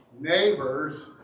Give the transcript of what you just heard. neighbors